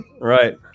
Right